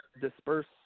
disperse